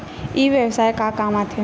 ई व्यवसाय का काम आथे?